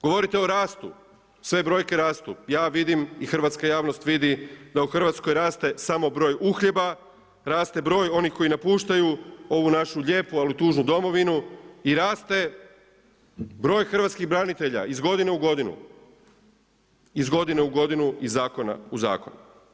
Govorite o rastu, sve brojke rastu, ja vidim i hrvatska javnost vidi da u Hrvatskoj raste samo broj uhljeba, raste broj onih koji napuštaju ovu našu lijepu ali tužnu Domovinu i raste broj hrvatskih branitelja iz godine u godinu, iz godine u godinu, iz zakona u zakon.